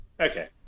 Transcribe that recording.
Okay